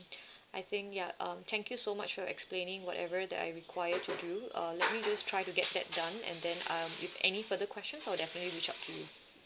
I think ya uh thank you so much for your explaining whatever that I require to do uh let me just try to get that done and then um if any further questions I'll definitely reach out to you